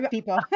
people